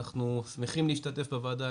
אנחנו שמחים להשתתף בוועדה,